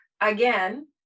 again